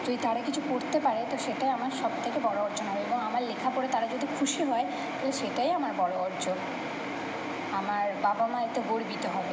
যদি তারা কিছু করতে পারে তো সেটাই আমার সব থেকে বড়ো অর্জন হবে এবং আমার লেখা পড়ে তারা যদি খুশি হয় তো সেটাই আমার বড়ো অর্জন আমার বাবা মা এতে গর্বিত হবে